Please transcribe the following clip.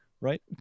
Right